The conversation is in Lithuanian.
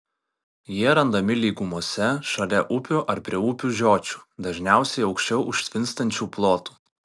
jie randami lygumose šalia upių ar prie upių žiočių dažniausiai aukščiau užtvinstančių plotų